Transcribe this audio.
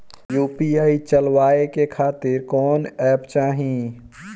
UPI चलवाए के खातिर कौन एप चाहीं?